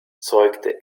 zeugte